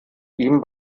ihm